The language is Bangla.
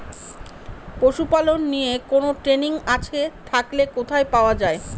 পশুপালন নিয়ে কোন ট্রেনিং আছে থাকলে কোথায় পাওয়া য়ায়?